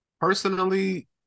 Personally